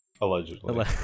Allegedly